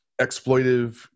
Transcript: exploitive